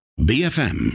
BFM